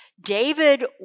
David